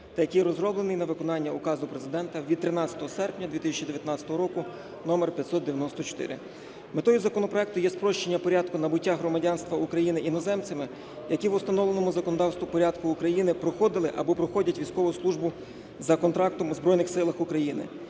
та який розроблений на виконання Указу Президента від 13 серпня 2019 року № 594. Метою законопроекту є спрощення порядку набуття громадянства України іноземцями: які в установленому законодавством порядку України проходили або проходять військову службу за контрактом у Збройних Силах України;